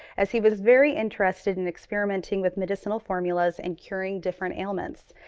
as he was very interested in experimenting with medicinal formulas and curing different ailments.